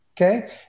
okay